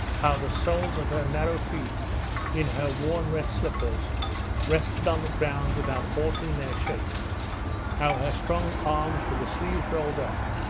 how the soles of her narrow feet in her worn red slippers rested on the ground without altering their shape how her strong arms with the sleeves rolled up,